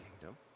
kingdom